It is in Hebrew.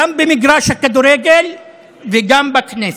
גם במגרש הכדורגל וגם בכנסת.